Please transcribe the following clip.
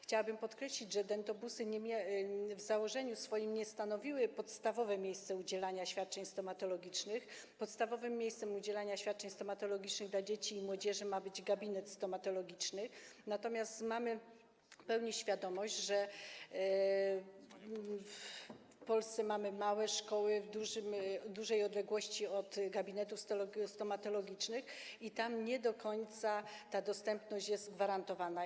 Chciałabym podkreślić, że dentobusy w założeniu nie stanowiły podstawowego miejsca udzielania świadczeń stomatologicznych, bo podstawowym miejscem udzielania świadczeń stomatologicznych dzieciom i młodzieży ma być gabinet stomatologiczny, natomiast mamy w pełni świadomość tego, że w Polsce są małe szkoły w dużej odległości od gabinetów stomatologicznych i tam nie do końca ta dostępność jest gwarantowana.